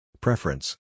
Preference